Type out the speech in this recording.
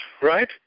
right